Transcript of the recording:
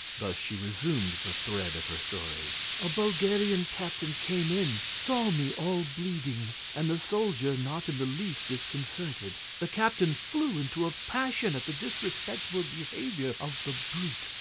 thus she resumed the thread of her story a bulgarian captain came in, saw me all bleeding, and the soldier not in the least disconcerted. the captain flew into a passion at the disrespectful behaviour of the brute,